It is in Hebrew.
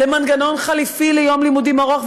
למנגנון חלופי ליום לימודים ארוך,